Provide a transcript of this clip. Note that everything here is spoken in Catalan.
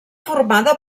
formada